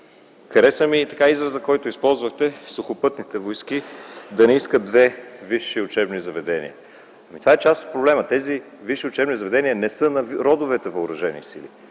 Хареса ми използваният израз: „Сухопътните войски да не искат две висши учебни заведения”. Това е част от проблема: тези висши учебни заведения не са за родовете въоръжени сили,